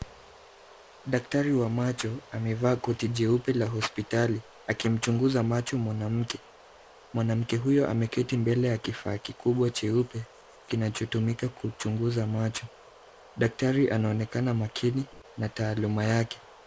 Daktari wa macho amevaa koti jeupe la hospitali akimchunguza macho mwanamke. Mwanamke huyo ameketi mbele ya kifaa kikubwa cheupe, kinachotumika kuchunguza macho. Daktari anaonekana makini na taaluma yake.